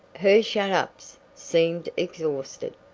her shet-ups seemed exhausted.